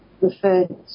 referred